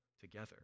together